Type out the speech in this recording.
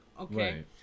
okay